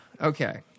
okay